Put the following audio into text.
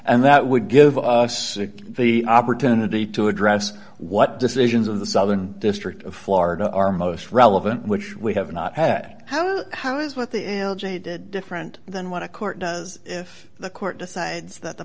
and that would give us the opportunity to address what decisions of the southern district of florida are most relevant which we have not had how how does what the l j did different than what a court does if the court decides that the